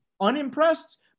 unimpressed